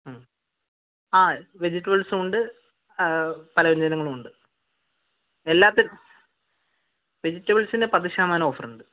അ അ വെജിറ്റബിൾസുംമുണ്ട് അതെ പലവ്യഞ്ജനങ്ങളും ഉണ്ട് എല്ലാത്തിനും വെജിറ്റബിൾസിന് പത്ത് ശതമാനം ഓഫറുണ്ട്